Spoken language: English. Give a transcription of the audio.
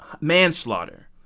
manslaughter